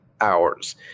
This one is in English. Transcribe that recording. hours